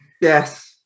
Yes